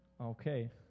Okay